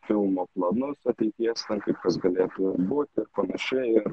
filmo planus ateities ten kaip kas galėtų būti ir panašiai ir